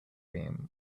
beam